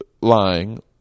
lying